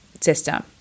system